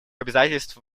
обязательств